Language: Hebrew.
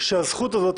שהזכות הזאת,